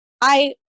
I-